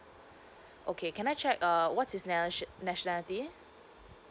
okay can I check err what his nal~ nationality